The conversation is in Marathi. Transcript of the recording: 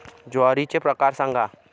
ज्वारीचे प्रकार सांगा